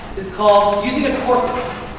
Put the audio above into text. is called using a corpus,